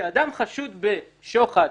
כשאדם חשוד בשוחד,